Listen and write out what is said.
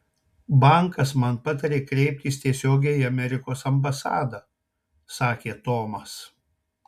bankas man patarė kreiptis tiesiogiai į amerikos ambasadą sakė tomas